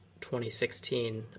2016